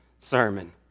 sermon